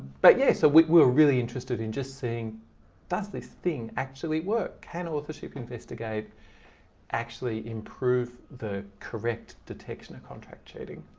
but yeah, so we're we're really interested in just seeing does this thing actually work? can authorship investigate actually improve the correct detection of contract cheating.